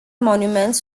monuments